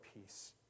peace